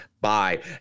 Bye